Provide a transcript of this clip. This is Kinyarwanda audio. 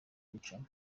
gucamo